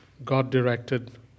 God-directed